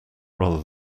rather